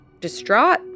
distraught